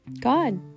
god